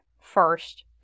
first